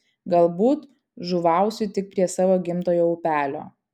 galbūt žuvausiu tik prie savo gimtojo upelio